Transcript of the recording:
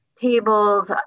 tables